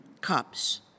cups